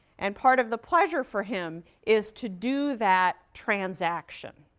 and part of the pleasure for him is to do that transaction,